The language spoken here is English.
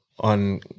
On